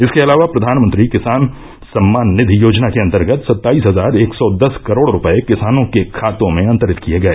इसके अलावा प्रधानमंत्री किसान सम्मान निधि योजना के अन्तर्गत सत्ताईस हजार एक सौ दस करोड रूपये किसानों के खातों में अंतरित किए गए